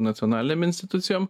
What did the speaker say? nacionalinėm institucijom